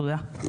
תודה.